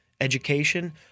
education